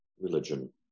religion